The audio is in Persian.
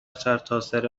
سرتاسر